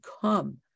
come